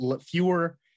fewer